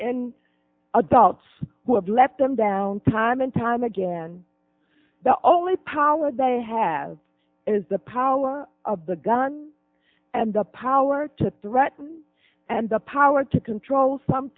in adults who have let them down time and time again the only power they have is the power of the gun and the power to threaten and the power to control some